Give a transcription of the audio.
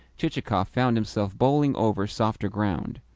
chichikov found himself bowling over softer ground.